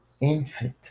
infant